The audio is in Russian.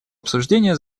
обсуждения